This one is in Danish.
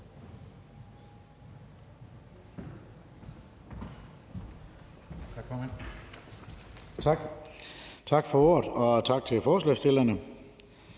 Tak for ordet, og tak til forslagsstillerne.